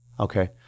Okay